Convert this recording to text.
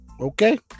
Okay